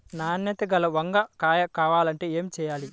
నాణ్యత గల వంగ కాయ కావాలంటే ఏమి చెయ్యాలి?